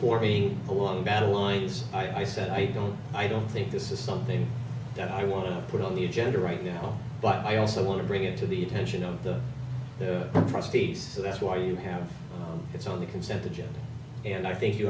forming a long battle lines i said i don't i don't think this is something that i want to put on the agenda right now but i also want to bring it to the attention of the prostate so that's why you have it's on the consent the judge and i think you